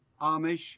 Amish